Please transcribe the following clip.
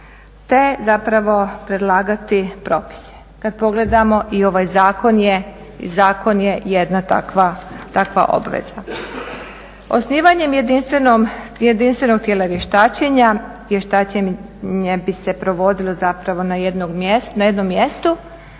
te zapravo predlagati propise. Kad pogledamo i ovaj zakon je jedna takva obveza. Osnivanjem jedinstvenog tijela vještačenja, vještačenje bi se provodilo zapravo na jednom mjestu,